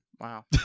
Wow